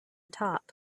top